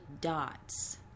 dots